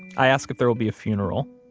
i ask if there will be a funeral.